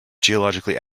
geologically